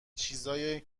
چیزای